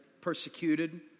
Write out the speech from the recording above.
Persecuted